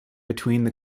between